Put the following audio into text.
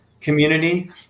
community